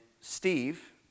Steve